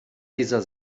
dieser